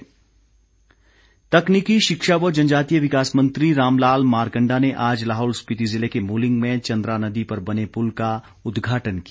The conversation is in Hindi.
मारकंडा तकनीकी शिक्षा व जनजातीय विकास मंत्री रामलाल मारकंडा ने आज लाहौल स्पीति जिले के मुलिंग में चंद्रा नदी पर बने पुल का उदघाटन किया